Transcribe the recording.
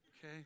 Okay